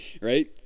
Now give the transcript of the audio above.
right